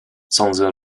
sądzę